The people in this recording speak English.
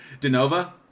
DeNova